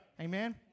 Amen